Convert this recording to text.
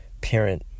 parent